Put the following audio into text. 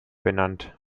benannt